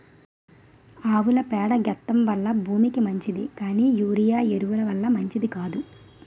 ఆవుల పేడ గెత్తెం వల్ల భూమికి మంచిది కానీ యూరియా ఎరువు ల వల్ల మంచిది కాదు